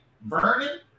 Vernon